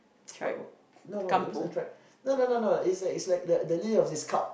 what what no no it was not a tribe no no no it's like it's like the the name of this cult